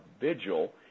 vigil